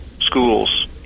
schools